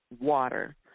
water